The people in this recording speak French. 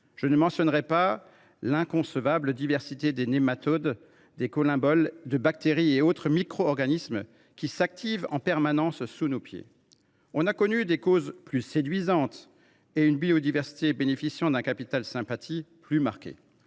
Je n’évoquerai pas l’inconcevable diversité de nématodes, de collemboles, de bactéries et autres micro organismes qui s’activent en permanence sous nos pieds. On a connu des causes plus séduisantes et une biodiversité bénéficiant d’un capital de sympathie plus marqué